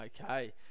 Okay